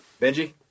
Benji